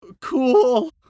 cool